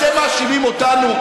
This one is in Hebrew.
אתם מאשימים אותנו?